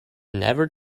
never